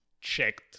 checked